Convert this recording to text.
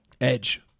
Edge